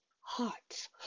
hearts